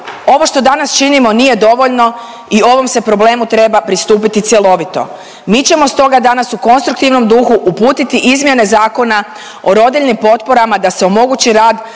ovo što danas činimo nije dovoljno i ovom se problemu treba pristupiti cjelovito. Mi ćemo stoga danas u konstruktivnom duhu uputiti izmjene Zakona o rodiljnim potporama da se omogući rad